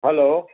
hello